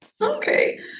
Okay